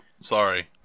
Sorry